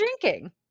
drinking